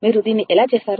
మీరు దీన్ని ఎలా చేస్తారు